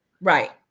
Right